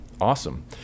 awesome